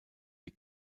die